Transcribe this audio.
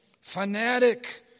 fanatic